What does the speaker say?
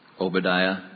Obadiah